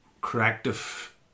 corrective